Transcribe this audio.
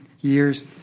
years